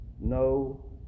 No